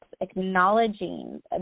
acknowledging